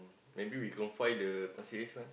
maybe we can find the pasir-ris one